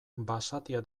basatia